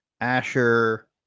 Asher